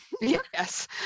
yes